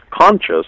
conscious